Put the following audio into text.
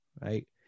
right